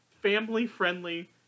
family-friendly